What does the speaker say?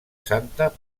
santa